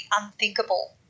unthinkable